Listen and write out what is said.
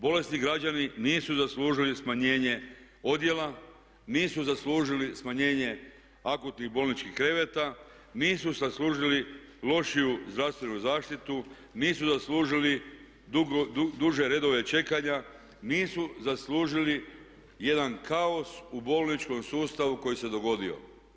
Bolesni građani nisu zaslužili smanjenje odjela, nisu zaslužili smanjenje akutnih bolničkih kreveta, nisu zaslužili lošiju zdravstvenu zaštitu, nisu zaslužili duže redove čekanja, nisu zaslužili jedan kaus u bolničkom sustavu koji se dogodio.